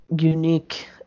unique